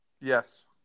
Yes